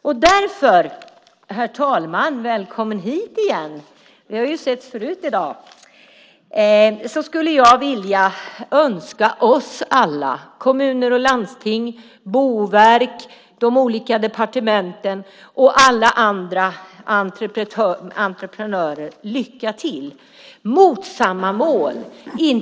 Därför skulle jag, herr talman - som jag önskar välkommen hit; vi har ju setts förut i dag - vilja önska oss alla, kommuner och landsting, Boverket, de olika departementen och alla andra entreprenörer lycka till mot samma mål.